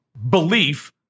belief